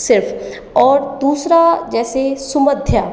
सिर्फ और दूसरा जैसे सुमध्या